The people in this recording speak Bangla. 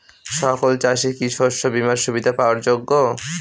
সকল চাষি কি শস্য বিমার সুবিধা পাওয়ার যোগ্য?